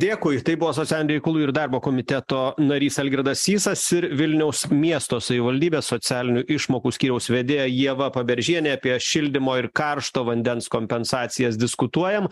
dėkui tai buvo socialinių reikalų ir darbo komiteto narys algirdas sysas ir vilniaus miesto savivaldybės socialinių išmokų skyriaus vedėja ieva paberžienė apie šildymo ir karšto vandens kompensacijas diskutuojam